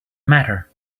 matter